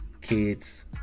Kids